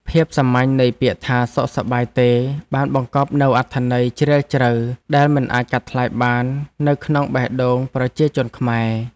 ភាពសាមញ្ញនៃពាក្យថាសុខសប្បាយទេបានបង្កប់នូវអត្ថន័យជ្រាលជ្រៅដែលមិនអាចកាត់ថ្លៃបាននៅក្នុងបេះដូងប្រជាជនខ្មែរ។